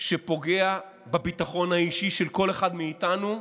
שפוגע בביטחון האישי של כל אחד מאיתנו,